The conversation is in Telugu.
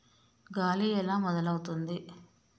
గాలి ఎలా మొదలవుతుంది?